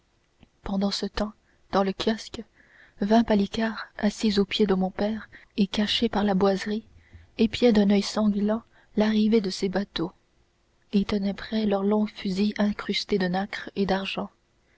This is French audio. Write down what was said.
pendant ce temps dans le kiosque vingt palicares assis aux pieds de mon père et cachés par la boiserie épiaient d'un oeil sanglant l'arrivée de ces bateaux et tenaient prêts leurs longs fusils incrustés de nacre et d'argent